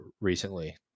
recently